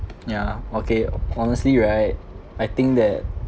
yeah okay honestly right I think that